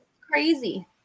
crazy